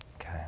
Okay